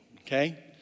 okay